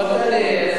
אפשר לשאול שאלה?